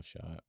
shot